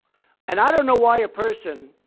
and i don't know why a person